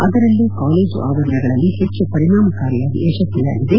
ಅದರಲ್ಲೂ ಕಾಲೇಜು ಆವರಣಗಳಲ್ಲಿ ಹೆಚ್ಚು ಪರಿಣಾಮಕಾರಿಯಾಗಿ ಯಶಸ್ವಿಯಾಗಿದೆ